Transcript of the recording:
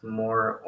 more